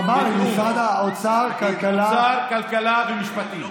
הוא אמר: משרד האוצר, כלכלה, אוצר, כלכלה ומשפטים.